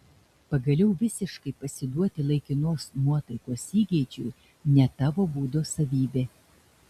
pagaliau visiškai pasiduoti laikinos nuotaikos įgeidžiui ne tavo būdo savybė